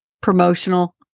promotional